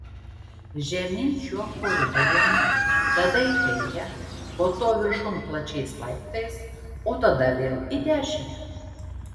žemyn šiuo koridoriumi tada į kairę po to viršun plačiais laiptais o tada vėl į dešinę